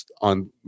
on